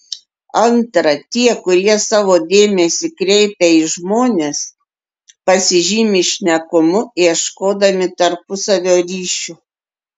antra tie kurie savo dėmesį kreipia į žmones pasižymi šnekumu ieškodami tarpusavio ryšių